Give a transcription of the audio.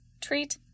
treat